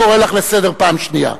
אני קורא לך לסדר פעם שנייה.